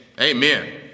Amen